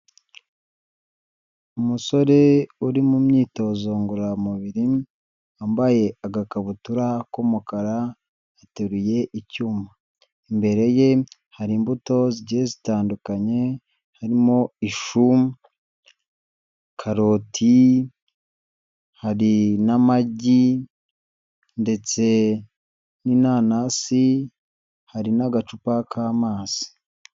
Umusore uri mu myitozo ngororamubiri, wambaye agakabutura k'umukara, ateruye icyuma, imbere ye hari imbuto zitandukanye harimo: ishu, karoti, hari n'amagi, ndetse n'inanasi, hari n'agacupa k'amazi.